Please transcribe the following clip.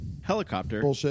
helicopter